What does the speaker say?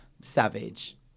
Savage